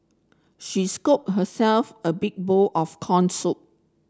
she scooped herself a big bowl of corn soup